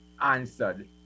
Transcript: answered